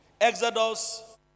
Exodus